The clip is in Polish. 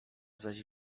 zaś